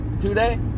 today